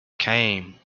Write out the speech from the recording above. came